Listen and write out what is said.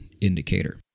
indicator